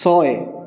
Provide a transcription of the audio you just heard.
ছয়